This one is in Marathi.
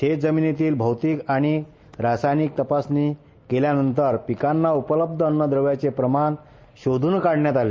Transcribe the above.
शेत जमीनीची औतीक आणि रासायनिक तपासणी करून घेतल्यानंतर पिकांना उपलब्ध अन्न द्रव्याचं प्रमाण शोधून काढण्यात आलं